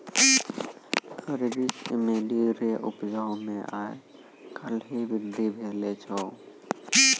अरबी चमेली रो उपजा मे आय काल्हि वृद्धि भेलो छै